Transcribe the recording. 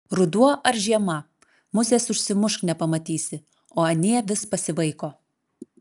ruduo ar žiema musės užsimušk nepamatysi o anie vis pasivaiko